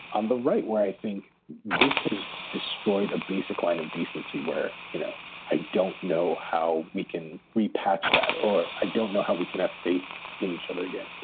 on the right where i think this has destroyed a basic line of decency where you know i don't know how we can repair that or i don't know how we can have faith in each other again.